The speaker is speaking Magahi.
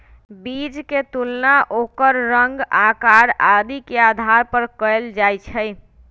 बीज के तुलना ओकर रंग, आकार आदि के आधार पर कएल जाई छई